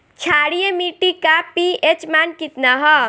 क्षारीय मीट्टी का पी.एच मान कितना ह?